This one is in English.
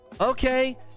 okay